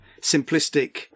simplistic